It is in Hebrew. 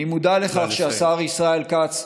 נא לסיים.